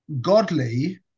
godly